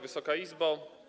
Wysoka Izbo!